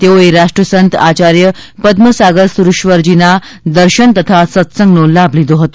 તેઓએ રાષ્ટ્રસંત આયાર્ય પદ્મસાગરસૂરીશ્વરજીના દર્શન તથા સત્સંગનો લાભ લીધો હતો